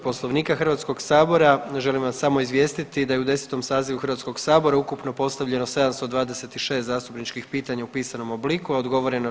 Poslovnika Hrvatskog sabora želim vas samo izvijestiti da je u 10. sazivu Hrvatskog sabora ukupno postavljeno 726 zastupničkih pitanja u pisanom obliku, a odgovoreno 620.